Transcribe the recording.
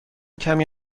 کمی